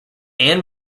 anne